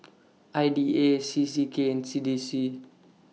I D A C C K and C D C